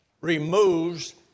removes